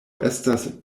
estas